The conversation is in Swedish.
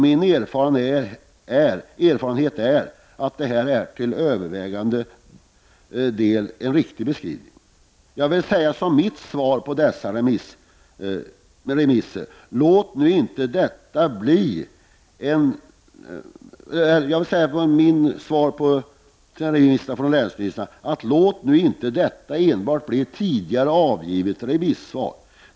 Min erfarenhet är att detta är en till övervägande del riktig beskrivning. Jag vill som mitt remissvar säga: Låt nu inte detta bara bli ett tidigare avgivet remissvar!